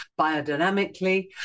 biodynamically